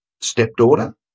stepdaughter